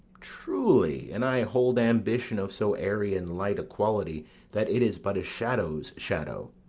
truly, and i hold ambition of so airy and light a quality that it is but a shadow's shadow.